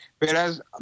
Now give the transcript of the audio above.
Whereas